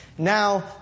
Now